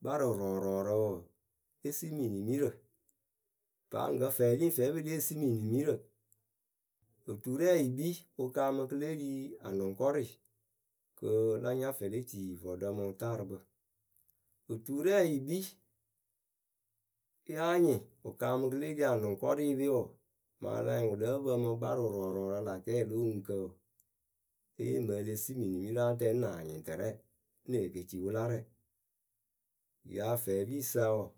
gbarɨrɔɔrɔɔrǝ wɔɔ. e simi nimirǝ. Paa ŋkǝ fɛɛ ri ŋ fɛɛ wǝ́ pɨ lée simi nimirǝ Oturɛɛ yɨ kpii wɨ kaamɨ kɨ le ri anʊŋkɔrɩɩ kɨ la nya fɛɛ le tii vɔɔɖǝ mɨ wɨtaarɨkpǝ Yáa nyɩŋ wɨ kaamɨ kɨ le ri anʊŋkɔrɩ pe wɔɔ, mɨŋ a la nyɩŋ wɨ lǝ́ǝ pǝ mɨ gbarɨrɔɔrɔɔrǝ rɨ lq̈ kɛɛ lo oŋuŋk:ǝ wɔɔ, ée yee mɨŋ e le simi nimirǝ áa tɛŋ ŋ́ naa nyɩŋtɨrɛ, ŋ́ nee ke ci wɨla rɛ.,Ŋyɨ afɛɛpiisa wɔɔ.